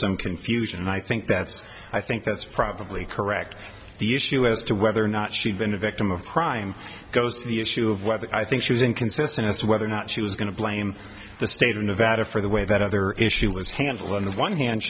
some confusion and i think that's i think that's probably correct the issue as to whether or not she's been a victim of crime goes to the issue of whether i think she was inconsistent as to whether or not she was going to blame the state of nevada for the way that other issue was handled on the one hand